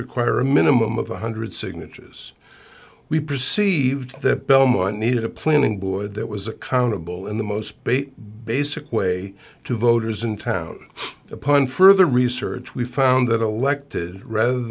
require a minimum of one hundred signatures we perceived that belmore needed a planning board that was accountable in the most basic basic way to voters in town upon further research we found that elected rather